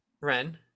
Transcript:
Ren